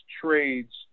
trades